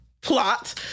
plot